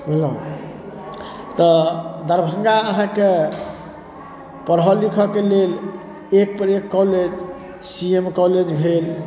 बुझलहुँ तऽ दरभंगा अहाँके पढऽ लिखऽके लेल एकपर एक कॉलेज सी एम कॉलेज भेल